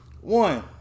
One